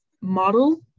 model